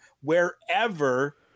wherever